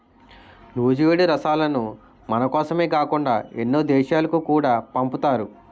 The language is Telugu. నూజివీడు రసాలను మనకోసమే కాకుండా ఎన్నో దేశాలకు కూడా పంపుతారు